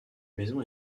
maison